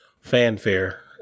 fanfare